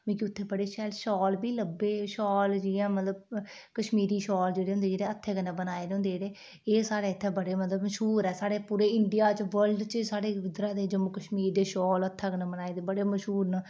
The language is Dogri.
मिकी उत्थे बड़े शैल शेल शाल बी लब्भे शाल जियां मतलब कश्मीरी शाल जेह्ड़े होंदे जेह्ड़े हत्थे कन्नै बनाए दे होंदे जेह्ड़े एह् साढ़े इत्थे बड़े मतलब मश्हूर ऐ साढ़े पूरे इंडिया च बर्ल्ड साढ़े इद्धरा दे जम्मू कश्मीर दे शाल हत्थै कन्नै बनाए दे बड़े मश्हूर न